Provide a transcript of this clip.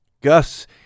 Gus